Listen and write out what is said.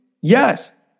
Yes